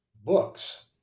books